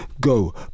Go